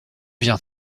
vient